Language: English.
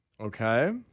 Okay